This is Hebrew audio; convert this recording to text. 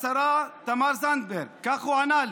השרה תמר זנדברג, כך הוא ענה לי.